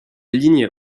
ligne